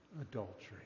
adultery